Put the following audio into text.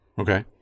Okay